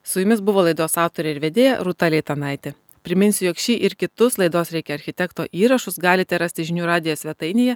su jumis buvo laidos autorė ir vedėja rūta leitanaitė priminsiu jog šį ir kitus laidos reikia architekto įrašus galite rasti žinių radijo svetainėje